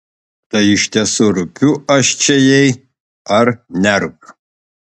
tai iš tiesų rūpiu aš čia jai ar nerūpiu